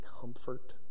comfort